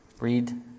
read